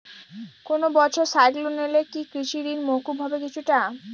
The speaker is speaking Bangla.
কোনো বছর সাইক্লোন এলে কি কৃষি ঋণ মকুব হবে কিছুটা?